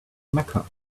mecca